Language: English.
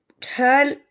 turn